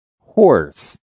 Horse